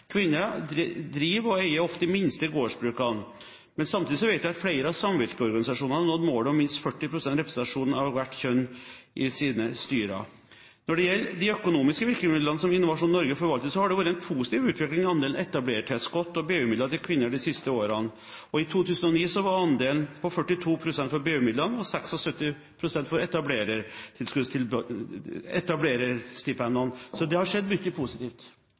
Kvinner driver og eier ofte de minste gårdsbrukene. Men samtidig vet jeg at flere av samvirkeorganisasjonene har nådd målet om minst 40 pst. representasjon av hvert kjønn i sine styrer. Når det gjelder de økonomiske virkemidlene som Innovasjon Norge forvalter, har det vært en positiv utvikling i andelen etablerertilskudd og BU-midler til kvinner de siste årene. I 2009 var andelen på 42 pst. for BU-midlene og 76 pst. for etablererstipendene. Så det har skjedd mye positivt.